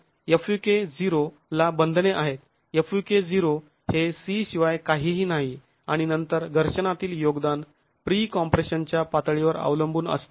तर fvk0 ला बंधने आहेत fvk0 हे C शिवाय काहीही नाही आणि नंतर घर्षणातील योगदान प्री कॉम्प्रेशन च्या पातळीवर अवलंबून असते